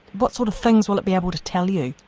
what sort of things will be able to tell you?